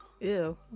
Ew